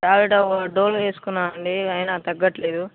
డోలో వేసుకున్నాను అండి అయిన తగ్గలేదు